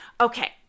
Okay